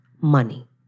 money